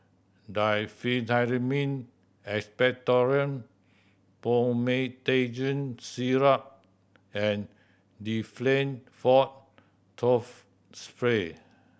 Diphenhydramine Expectorant Promethazine Syrup and Difflam Forte Throat Spray